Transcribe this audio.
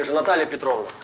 natalya petrovna.